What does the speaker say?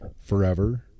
forever